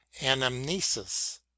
anamnesis